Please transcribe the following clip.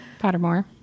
Pottermore